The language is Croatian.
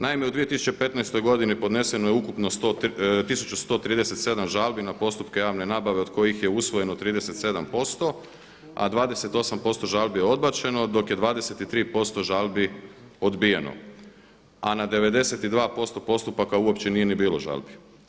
Naime, u 2015.godini podneseno je ukupno tisuću 137 žalbi na postupke javne nabave od kojih je usvojeno 37%, a 28% žalbi je odbačeno dok je 23% žalbi odbijeno, a na 92% postupaka uopće nije ni bilo žalbi.